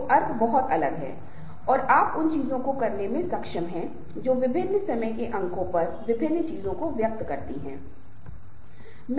इसलिए अब यह एक ऐसा चरण है जब मानदंडों को औपचारिक रूप देने की कोशिश करनी चाहिए कि हम किस तरीके से आगे बढ़ने जा रहे हैं